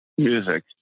music